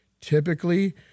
Typically